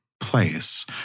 place